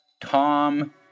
Tom